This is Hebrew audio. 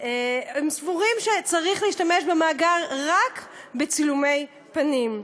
סבורים שצריך להשתמש במאגר רק בצילומי פנים,